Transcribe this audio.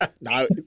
no